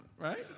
right